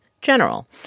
general